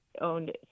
owned